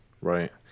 Right